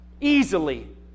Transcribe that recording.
easily